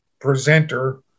presenter